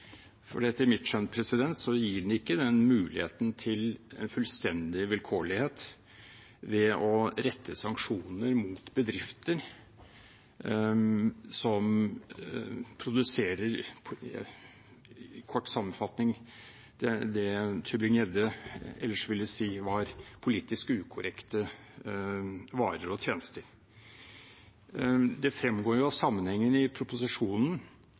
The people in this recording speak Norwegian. Etter mitt skjønn gir den ikke den muligheten til fullstendig vilkårlighet ved å rette sanksjoner mot bedrifter som produserer – kort sammenfattet – det Tybring-Gjedde ellers ville si var politisk ukorrekte varer og tjenester. Det fremgår av sammenhengen i proposisjonen